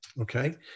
okay